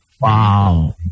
Wow